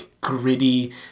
gritty